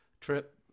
trip